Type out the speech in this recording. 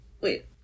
Wait